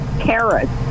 carrots